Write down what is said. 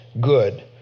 good